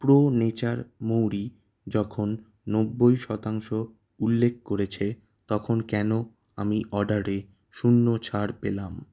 pro nature মৌরি যখন নব্বই শতাংশ উল্লেখ করেছে তখন কেন আমি অর্ডারে শূন্য ছাড় পেলাম